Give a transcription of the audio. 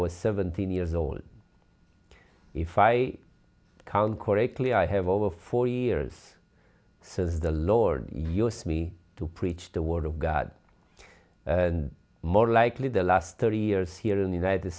was seventeen years old if i count correctly i have over four years says the lord use me to preach the word of god and more likely the last thirty years here in the united